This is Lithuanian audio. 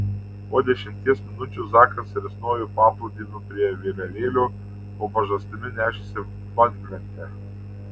po dešimties minučių zakas risnojo paplūdimiu prie vėliavėlių po pažastimi nešėsi banglentę